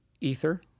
ether